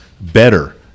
better